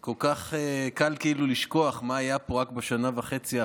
כל כך קל כאילו לשכוח מה היה בשנה וחצי האחרונות,